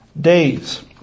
days